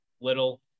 little